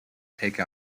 take